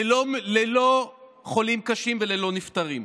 ללא חולים קשים וללא נפטרים.